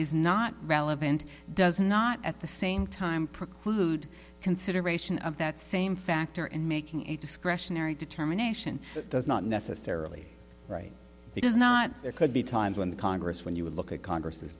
is not relevant does not at the same time preclude consideration of that same factor in making a discretionary determination that does not necessarily right because not there could be times when the congress when you look at congress